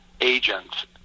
agents